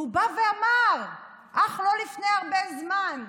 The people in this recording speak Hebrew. והוא בא אמר אך לא לפני הרבה זמן: